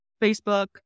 Facebook